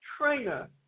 Trainer